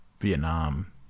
Vietnam